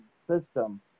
system